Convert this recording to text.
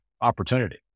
opportunity